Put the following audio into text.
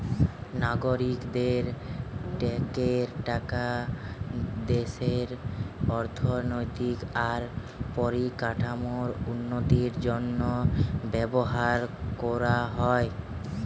নাগরিকদের ট্যাক্সের টাকা দেশের অর্থনৈতিক আর পরিকাঠামোর উন্নতির জন্য ব্যবহার কোরা হয়